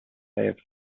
live